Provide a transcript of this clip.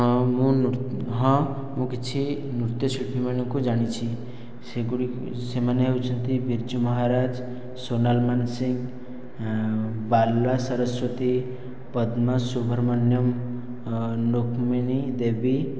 ହଁ ମୁଁ ହଁ ମୁଁ କିଛି ନୃତ୍ୟ ଶିଳ୍ପୀ ମାନଙ୍କୁ ଜାଣିଛି ସେମାନେ ହେଉଛନ୍ତି ବିରଯୁ ମହାରାଜ ସୋନାଲ ମାନସିଂ ବାଲା ସରସ୍ବତୀ ପଦ୍ମସୁଭ୍ରମଣ୍ୟୁମ୍ ରୁକ୍ମିଣୀ ଦେବୀ